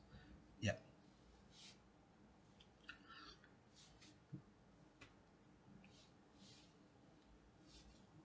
yup